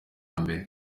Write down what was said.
mbere